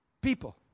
people